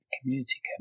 community